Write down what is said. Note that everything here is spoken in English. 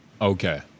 Okay